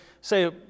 Say